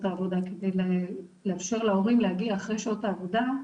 העבודה כדי לאפשר להורים להגיע אחרי שעות העבודה.